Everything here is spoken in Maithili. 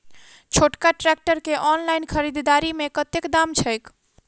छोटका ट्रैक्टर केँ ऑनलाइन खरीददारी मे कतेक दाम छैक?